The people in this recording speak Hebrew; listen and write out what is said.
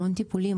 המון טיפולים,